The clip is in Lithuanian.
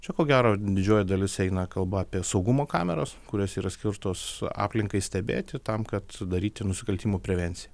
čia ko gero didžioji dalis eina kalba apie saugumo kameras kurios yra skirtos aplinkai stebėti tam kad sudaryti nusikaltimų prevenciją